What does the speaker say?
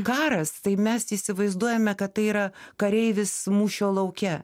karas tai mes įsivaizduojame kad tai yra kareivis mūšio lauke